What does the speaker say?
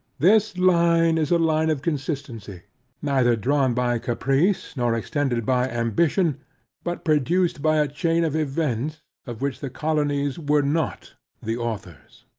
this line is a line of consistency neither drawn by caprice, nor extended by ambition but produced by a chain of events, of which the colonies were not the authors.